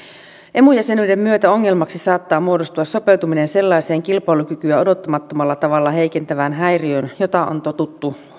emu jäsenyyden myötä ongelmaksi saattaa muodostua sopeutuminen sellaiseen kilpailukykyä odottamattomalla tavalla heikentävään häiriöön jota on totuttu